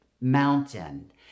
mountain